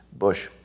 Bush